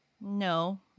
No